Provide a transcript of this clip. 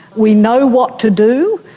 we know what to do,